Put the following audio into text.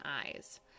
eyes